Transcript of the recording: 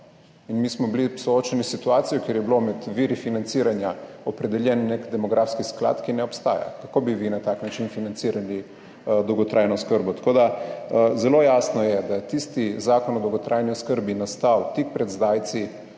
in mi smo bili soočeni s situacijo, kjer je bilo med viri financiranja opredeljen nek demografski sklad, ki ne obstaja. Kako bi vi na tak način financirali dolgotrajno oskrbo? Tako da zelo jasno je, da je tisti zakon o dolgotrajni oskrbi nastal tik pred zdajci,